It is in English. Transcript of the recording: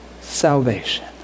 Salvation